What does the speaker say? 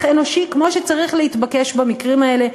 אנושי כמו שצריך להתבקש במקרים האלה,